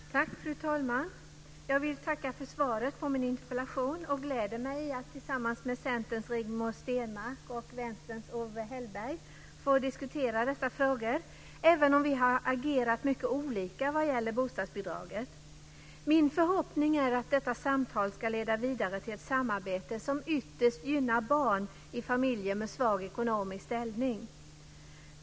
Fru talman! Jag vill tacka för svaret på min interpellation och gläder mig att tillsammans med Centerns Rigmor Stenmark och Vänsterns Owe Hellberg få diskutera dessa frågor, även om vi har agerat mycket olika vad gäller bostadsbidraget. Min förhoppning är att detta samtal ska leda vidare till ett samarbete som ytterst gynnar barn i familjer med svag ekonomisk ställning.